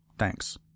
Thanks